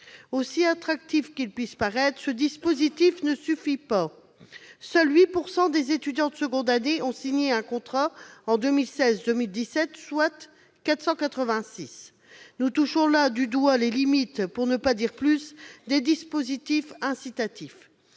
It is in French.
Aussi attractif qu'il puisse paraître, ce dispositif ne suffit pas. Seuls 8 % des étudiants de seconde année ont signé un contrat pour 2016-2017, soit 486 étudiants. Nous touchons là du doigt les limites, pour ne pas dire plus, des dispositifs incitatifs.